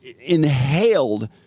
inhaled